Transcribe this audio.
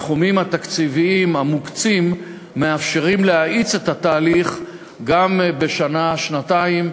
הסכומים התקציביים המוקצים מאפשרים להאיץ את התהליך גם בשנה-שנתיים.